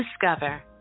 discover